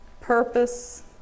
purpose